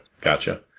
Gotcha